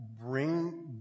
bring